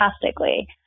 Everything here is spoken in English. fantastically